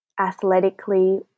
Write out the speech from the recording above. athletically